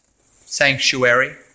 sanctuary